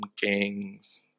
gangs